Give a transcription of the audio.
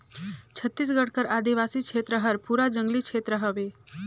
छत्तीसगढ़ कर आदिवासी छेत्र हर पूरा जंगली छेत्र हवे